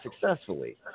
successfully